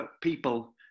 people